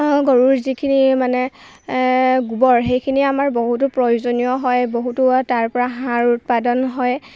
গৰুৰ যিখিনি মানে গোবৰ সেইখিনি আমাৰ বহুতো প্ৰয়োজনীয় হয় বহুতো তাৰপৰা সাৰ উৎপাদন হয়